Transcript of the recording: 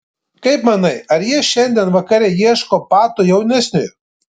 kaip manai ar jie šiandien vakare ieško pato jaunesniojo